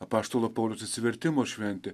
apaštalo pauliaus atsivertimo šventė